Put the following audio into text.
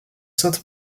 sainte